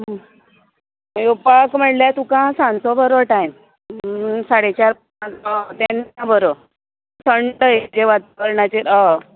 येवपाक म्हळ्यार तुका सांजचो बरो टायम साडेचार जांवन तेन्ना बरो थंड हेजेर वातावरणाचेर होय